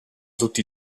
tutti